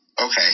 Okay